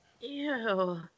Ew